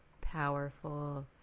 powerful